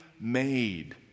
made